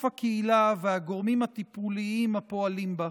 הקהילה והגורמים הטיפוליים הפועלים בה.